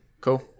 Cool